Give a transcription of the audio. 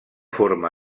forma